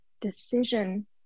decision